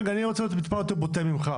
רגע, אני רוצה להיות טיפה יותר בוטה ממך.